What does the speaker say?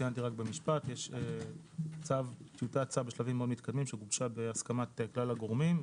יש טיוטת צו בשלבים מאוד מתקדמים שגובשה בהסכמת כלל הגורמים.